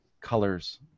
colors